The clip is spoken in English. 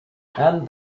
and